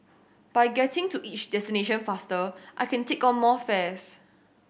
by getting to each destination faster I can take on more fares